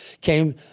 came